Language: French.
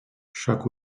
chaque